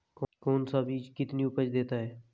कौन सा बीज कितनी उपज देता है?